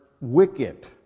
wicked